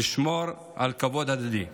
לשמור על כבוד הדדי.